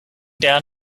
down